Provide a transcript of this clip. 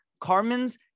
Carmen's